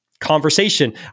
conversation